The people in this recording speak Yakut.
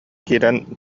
киирэн